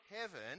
heaven